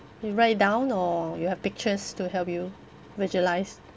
you write it down or you have pictures to help you visualise